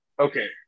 Okay